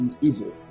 evil